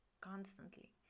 constantly